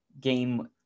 game